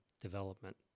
development